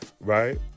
Right